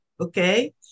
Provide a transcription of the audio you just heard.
Okay